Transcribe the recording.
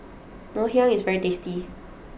Ngoh Hiang is very tasty